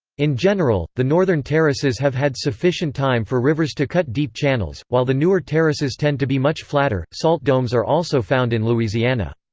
in general, the northern terraces have had sufficient time for rivers to cut deep channels, while the newer terraces tend to be much flatter salt domes are also found in louisiana.